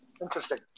Interesting